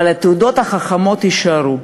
אבל התעודות החכמות יישארו,